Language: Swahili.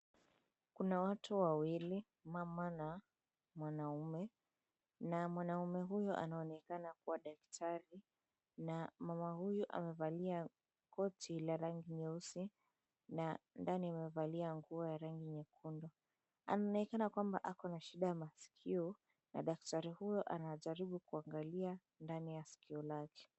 Kuna watu wawili mama na mwanaume, na mwanaume huyu anaonekana kuwa daktari na mama huyu amevalia koti la rangi nyeusi na ndani amevalia nguo ya rangi nyekundu. Anaonekana kwamba ako na shida ya maskio na daktari huyu anajaribu kuangalia ndani ya skio lake.